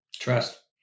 Trust